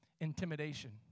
Intimidation